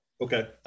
Okay